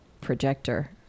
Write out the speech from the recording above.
projector